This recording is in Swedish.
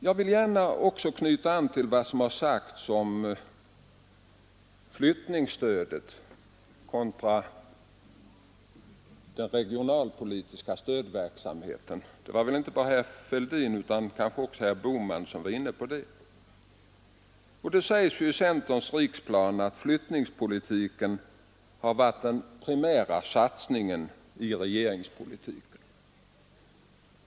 Jag vill gärna knyta an till vad som har sagts om flyttningsstödet kontra den regionalpolitiska stödverksamheten. Inte bara herr Fälldin utan också herr Bohman var inne på det problemet. Det sägs i centerns riksplan att flyttningspolitiken har varit den primära satsningen i regeringspolitiken.